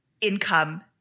income